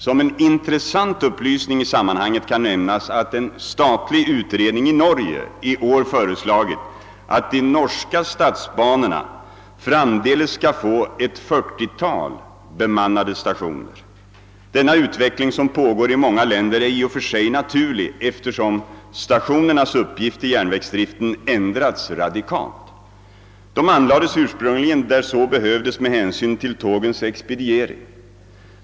Som en intressant upplysning i sammanhanget kan nämnas att en statlig utredning i Norge i år föreslagit att de norska statsbanorna framdeles skall få ett 40 tal bemannade stationer. Denna utveckling som pågår i många länder är 1 och för sig naturlig eftersom stationernas uppgift i järnvägsdriften ändrats radikalt. De anlades ursprungligen där så behövdes med hänsyn till tågens expediering.